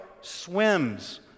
swims